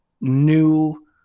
new